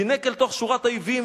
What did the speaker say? זינק אל תוך שורת אויבים,